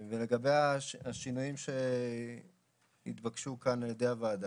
ואני אפגע לך בכל מקום כי אני לא יכול לתמרן ברדיוס כזה קצר,